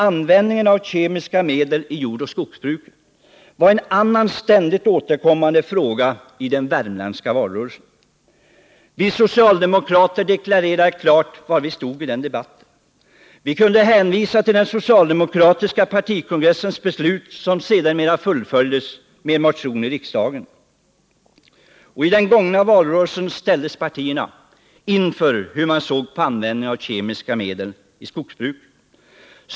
Användningen av kemiska medel i jordoch skogsbruket var en annan ständigt återkommande fråga i den värmländska valrörelsen. Vi socialdemokrater deklarerade klart var vi stod i den debatten. Vi kunde hänvisa till den socialdemokratiska partikongressens beslut som sedermera fullföljdes med en motion i riksdagen. I den gångna valrörelsen ställdes partierna inför frågan hur de såg på användningen av kemiska medel i skogsbruket.